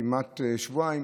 כמעט שבועיים,